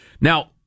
Now